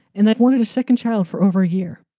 and i've wanted a second child for over a year.